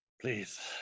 Please